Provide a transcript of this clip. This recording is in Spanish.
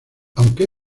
aunque